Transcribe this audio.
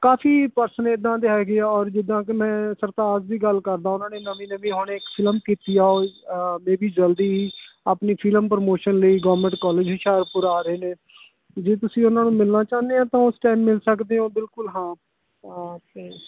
ਕਾਫ਼ੀ ਪਰਸਨ ਇੱਦਾਂ ਦੇ ਹੈਗੇ ਆ ਔਰ ਜਿੱਦਾਂ ਕਿ ਮੈਂ ਸਰਤਾਜ ਦੀ ਗੱਲ ਕਰਦਾ ਉਨ੍ਹਾਂ ਨੇ ਨਵੀਂ ਨਵੀਂ ਹੁਣ ਇੱਕ ਫ਼ਿਲਮ ਕੀਤੀ ਆ ਜਿਹੜੀ ਜਲਦੀ ਹੀ ਆਪਣੀ ਫ਼ਿਲਮ ਪ੍ਰੋਮੋਸ਼ਨ ਲਈ ਗੌਮੈਂਟ ਕਾਲਜ ਹੁਸ਼ਿਆਰਪੁਰ ਆ ਰਹੇ ਨੇ ਜੇ ਤੁਸੀਂ ਉਨ੍ਹਾਂ ਨੂੰ ਮਿਲਣਾ ਚਾਹੁੰਦੇ ਹੋ ਤਾਂ ਉਸ ਟੈਮ ਮਿਲ ਸਕਦੇ ਹੋ ਬਿਲਕੁਲ ਹਾਂ ਅਤੇ